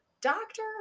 doctor